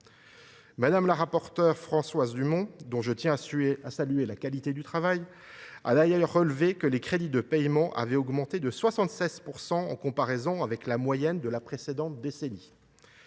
Mme la rapporteure pour avis Françoise Dumont, dont je tiens à saluer la qualité du travail, a d’ailleurs souligné que les crédits de paiement avaient augmenté de 76 % par rapport à la moyenne de la précédente décennie.